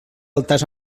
altars